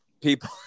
People